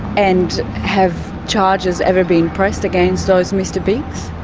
and have charges ever been pressed against those mr bigs?